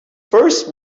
first